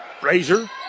Frazier